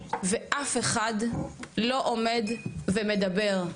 ואף אחד לא עומד ומדבר,